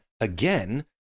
again